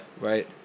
Right